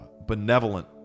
benevolent